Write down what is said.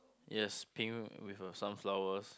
yes pink with a sunflowers